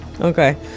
okay